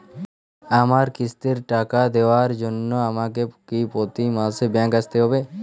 আমার কিস্তির টাকা দেওয়ার জন্য আমাকে কি প্রতি মাসে ব্যাংক আসতে হব?